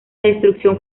destrucción